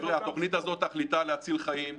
התוכנית הזאת תכליתה להציל חיים.